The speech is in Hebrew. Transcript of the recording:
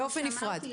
נפרד.